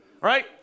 right